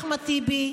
חבר הכנסת אחמד טיבי,